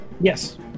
Yes